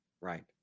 right